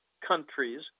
countries